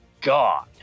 God